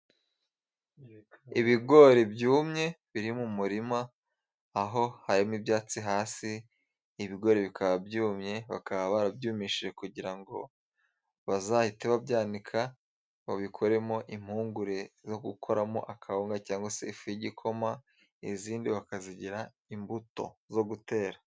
Ibigori byumye biri mu murima aho harimo ibyatsi hasi, ibigori bikaba byumye bakaba barabyumishije kugirango bazahite babikoremo impungure zo gukoramo akabuga cyangwa se ifu y'igikoma izindi bakazigira imbuto zo gutera.